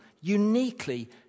uniquely